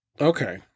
Okay